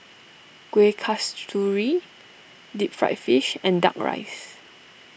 Kueh Kasturi Deep Fried Fish and Duck Rice